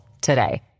today